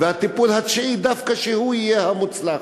הטיפול התשיעי הוא יהיה המוצלח.